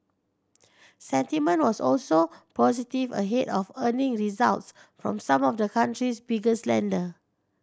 sentiment was also positive ahead of earnings results from some of the country's biggest lender